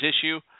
issue